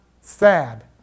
sad